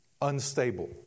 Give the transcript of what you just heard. unstable